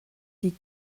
die